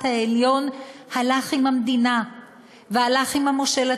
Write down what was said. העליון הלך עם המדינה והלך עם המושל הצבאי,